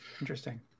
Interesting